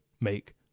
make